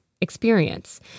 Experience